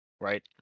right